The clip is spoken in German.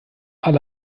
alle